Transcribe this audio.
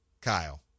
Kyle